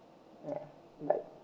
alright right